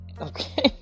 Okay